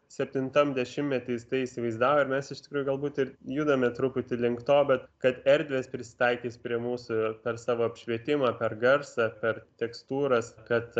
septintam dešimtmety jis tai įsivaizdavo ir mes iš tikrųjų galbūt ir judame truputį link to bet kad erdvės prisitaikys prie mūsų ir per savo apšvietimą per garsą per tekstūras kad